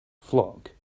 flock